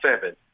seven